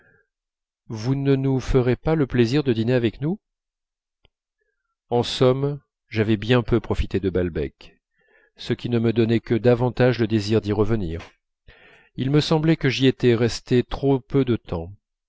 vous ne nous ferez pas le plaisir de dîner avec nous en somme j'avais bien peu profité de balbec ce qui ne me donnait que davantage le désir d'y revenir il me semblait que j'y étais resté trop peu de temps